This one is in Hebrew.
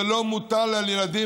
זה לא מוטל על ילדים,